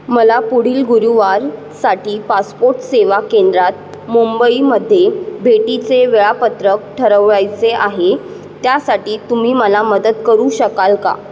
मला पुढील गुरुवारसाठी पासपोट सेवा केंद्रात मुंबईमध्ये भेटीचे वेळापत्रक ठरवायचे आहे त्यासाठी तुम्ही मला मदत करू शकाल का